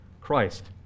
Christ